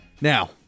Now